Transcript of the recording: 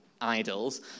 idols